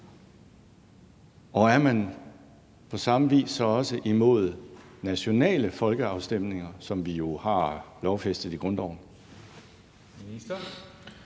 Og er man på samme vis så også imod nationale folkeafstemninger, som vi jo har lovfæstet i grundloven?